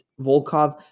Volkov